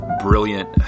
brilliant